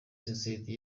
sosiyeti